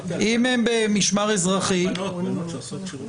דיברתי על בנות שעושות שירות לאומי.